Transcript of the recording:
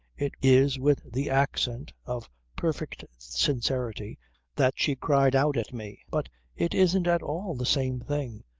it is with the accent of perfect sincerity that she cried out at me but it isn't at all the same thing!